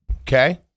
Okay